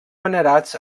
venerats